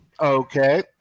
Okay